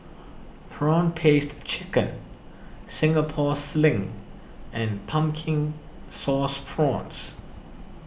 Prawn Paste Chicken Singapore Sling and Pumpkin Sauce Prawns